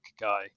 guy